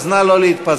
אז נא לא להתפזר.